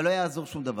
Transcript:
אבל לא יעזור שום דבר.